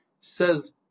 says